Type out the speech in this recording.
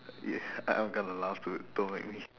ya I~ I'm gonna laugh dude don't make me